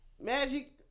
Magic